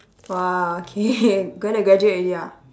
!wah! okay going to graduate already ah